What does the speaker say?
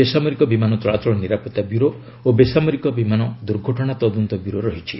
ବେସାମରିକ ବିମାନ ଚଳାଚଳ ନିରାପତ୍ତା ବ୍ୟୁରୋ ଓ ବେସାମରିକ ବିମାନ ଦୁର୍ଘଟଣା ତଦନ୍ତ ବ୍ୟୁରୋ ରହିଛି